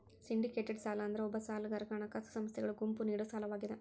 syndicated ಸಾಲ ಅಂದ್ರ ಒಬ್ಬ ಸಾಲಗಾರಗ ಹಣಕಾಸ ಸಂಸ್ಥೆಗಳ ಗುಂಪು ನೇಡೊ ಸಾಲವಾಗ್ಯಾದ